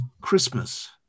Christmas